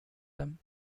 him